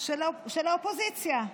של האופוזיציה,